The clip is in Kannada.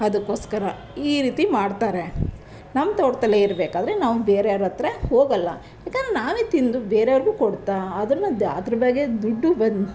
ಅದಕ್ಕೋಸ್ಕರ ಈ ರೀತಿ ಮಾಡ್ತಾರೆ ನಮ್ಮ ತೋಟದಲ್ಲೇ ಇರಬೇಕಾದ್ರೆ ನಾವು ಬೇರೆಯವ್ರ ಹತ್ರ ಹೋಗೋಲ್ಲ ಯಾಕೆಂದ್ರೆ ನಾವೇ ತಿಂದು ಬೇರೆಯವ್ರಿಗೂ ಕೊಡ್ತಾ ಅದನ್ನು ಅದ್ರ ಬಗ್ಗೆ ದುಡ್ಡು ಬಂದು